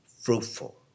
Fruitful